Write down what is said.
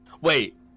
Wait